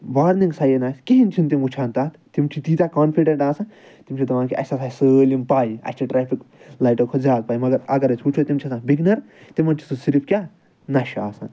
warning sign آسہِ کِہیٖنی چھِنہٕ تِم وُچھان تَتھ تِم چھِ تیٖتیٛاہ کوانفِڈیٚنٛٹ آسان تِم چھِ دَپان اسہِ ہسا چھِ سٲلِم پَے اسہِ چھِ ٹرٛیفِک لایٹوٚو کھۄتہٕ زیادٕ پَے مَگر اَگر أسۍ وُچھو تِم چھِ آسان بِگنر تِمن چھُ سُہ صرف کیٛاہ نَشہٕ آسان